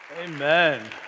Amen